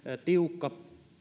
tiukka